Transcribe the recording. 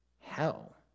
Hell